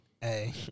Hey